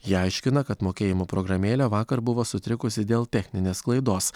jie aiškina kad mokėjimų programėlė vakar buvo sutrikusi dėl techninės klaidos